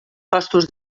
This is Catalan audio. costos